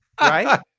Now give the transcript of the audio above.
Right